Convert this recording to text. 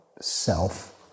self